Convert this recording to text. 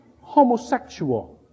homosexual